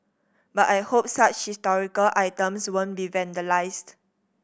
but I hope such historical items won't be vandalised